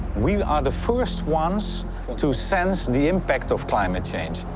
we are the first ones to sense the impact of climate change,